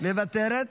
מוותרת.